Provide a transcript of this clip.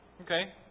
Okay